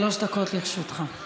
שלוש דקות לרשותך.